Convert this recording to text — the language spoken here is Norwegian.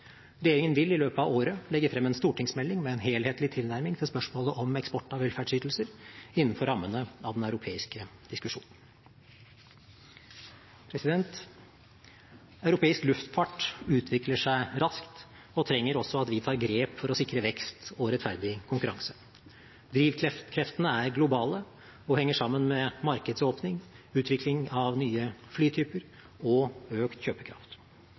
Regjeringen vil i løpet av året legge frem en stortingsmelding med en helhetlig tilnærming til spørsmålet om eksport av velferdsytelser, innenfor rammene av den europeiske diskusjonen. Europeisk luftfart utvikler seg raskt og trenger også at vi tar grep for å sikre vekst og rettferdig konkurranse. Drivkreftene er globale og henger sammen med markedsåpning, utvikling av nye flytyper og økt kjøpekraft.